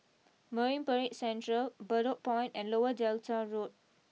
Marine Parade Central Bedok Point and Lower Delta Road